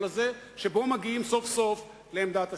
הזה שבו מגיעים סוף-סוף לעמדת השליטה.